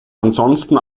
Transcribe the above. ansonsten